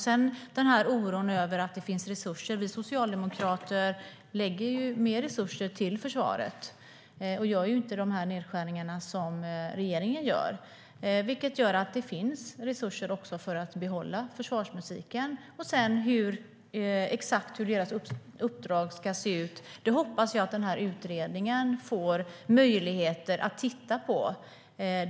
Sedan var det oron över resurser. Vi socialdemokrater lägger mer resurser till försvaret. Vi gör inte de nedskärningar som regeringen gör. Det finns resurser för att behålla försvarsmusiken. Exakt hur det uppdraget ska se ut hoppas jag att utredningen får möjlighet att titta på.